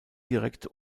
direkt